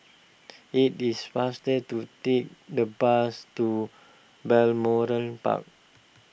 it is faster to take the bus to Balmoral Park